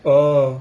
orh